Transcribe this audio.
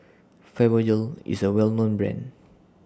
Fibogel IS A Well known Brand